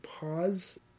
pause